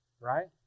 right